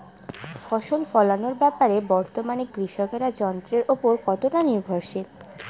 ফসল ফলানোর ব্যাপারে বর্তমানে কৃষকরা যন্ত্রের উপর কতটা নির্ভরশীল?